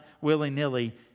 willy-nilly